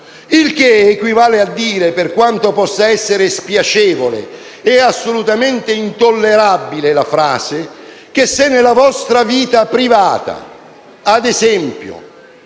Il che equivale a dire - per quanto possa essere spiacevole e assolutamente intollerabile la frase - che se nella vostra vita privata (ad esempio